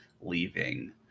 leaving